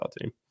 team